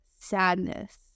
sadness